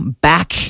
back